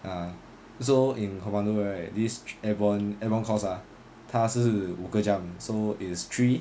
ah so in commando right this airbone this airbone course ah 它是五个 jump so is three